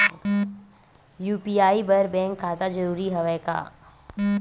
UPI बर bank खाता जरूरी हवय का?